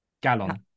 gallon